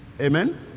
amen